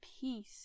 peace